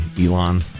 Elon